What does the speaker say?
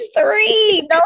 three